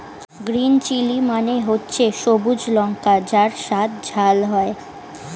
green chilli মানে হচ্ছে সবুজ লঙ্কা যার স্বাদ ঝাল হয়